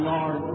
Lord